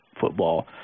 football